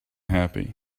happy